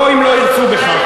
לא אם לא ירצו בכך.